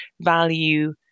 value